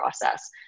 process